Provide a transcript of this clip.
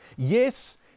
Yes